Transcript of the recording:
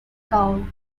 gaul